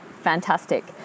fantastic